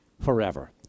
forever